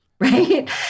right